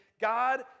God